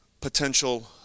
potential